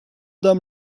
dam